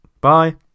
Bye